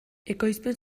ekoizpen